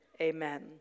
Amen